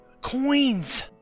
coins